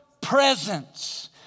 presence